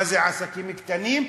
מה זה עסקים קטנים?